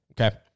Okay